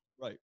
right